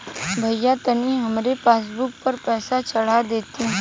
भईया तनि हमरे पासबुक पर पैसा चढ़ा देती